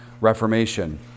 Reformation